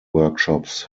workshops